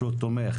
שהוא תומך